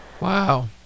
Wow